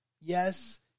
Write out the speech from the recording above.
yes